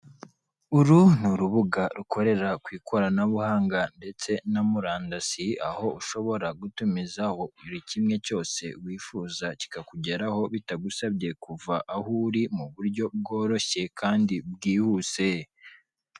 Uru ni urubuga rukorera ku ikoranabuhanga ndetse na murandasi, aho ushobora gutumizaho buri kimwe cyose wifuza kikakugeraho bitagusabye kuva aho uri, mu buryo bworoshye kandi bwihuse.